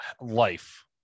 life